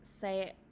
say